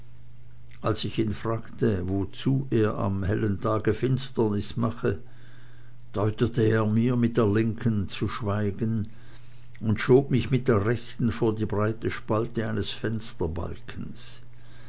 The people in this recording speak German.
als ich ihn fragte wozu er am hellen tage finsternis mache deutete er mir mit der linken zu schweigen und schob mich mit der rechten vor die breite spalte eines fensterbalkens